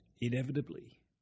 inevitably